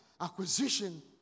acquisition